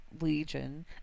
Legion